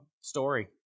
Story